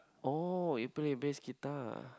oh you play bass guitar